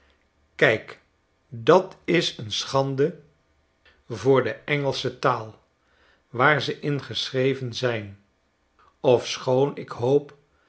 kk dat is een schande voor de engelsche taal waar ze in geschreven zjjjn ofschoon ik hoop